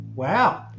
wow